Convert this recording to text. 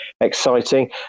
exciting